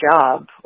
job